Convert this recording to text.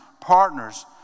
partners